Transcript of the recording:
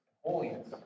holiness